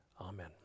Amen